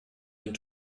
den